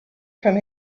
from